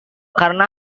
karena